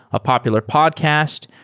a popular podcast,